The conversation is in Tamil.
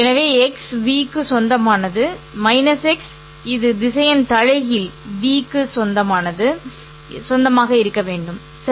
எனவே ́x ́v க்கு சொந்தமானது -x இது திசையன் தலைகீழ் ́v க்கு சொந்தமாக இருக்க வேண்டும் சரி